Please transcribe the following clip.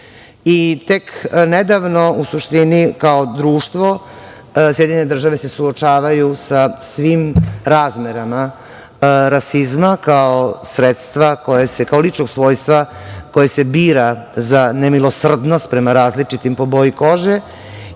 Tek nedavno, u suštini kao društvo, SAD se suočavaju sa svim razmerama rasizma kao sredstva, kao ličnog svojstva koje se bira za nemilosrdnost prema različitim po boji kože.